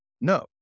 No